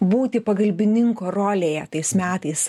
būti pagalbininko rolėje tais metais